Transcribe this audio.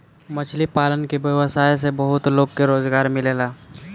मछली पालन के व्यवसाय से बहुत लोग के रोजगार मिलेला